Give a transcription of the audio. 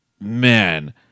man